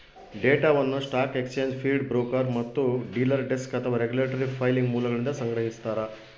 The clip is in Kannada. ಡೇಟಾವನ್ನು ಸ್ಟಾಕ್ ಎಕ್ಸ್ಚೇಂಜ್ ಫೀಡ್ ಬ್ರೋಕರ್ ಮತ್ತು ಡೀಲರ್ ಡೆಸ್ಕ್ ಅಥವಾ ರೆಗ್ಯುಲೇಟರಿ ಫೈಲಿಂಗ್ ಮೂಲಗಳಿಂದ ಸಂಗ್ರಹಿಸ್ತಾರ